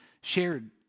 shared